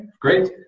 great